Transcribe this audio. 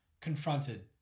confronted